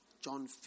John